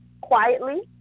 quietly